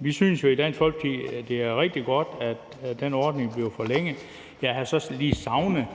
Vi synes jo i Dansk Folkeparti, at det er rigtig godt, at den ordning bliver forlænget. Jeg havde lige savnet,